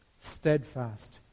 steadfast